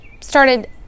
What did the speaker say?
started